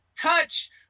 touch